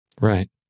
Right